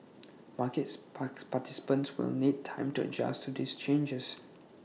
markets park participants will need time to adjust to these changes